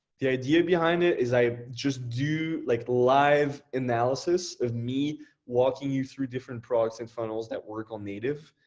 the idea behind it is i just do like live analysis of me walking you through different products and funnels that work on native.